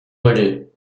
volées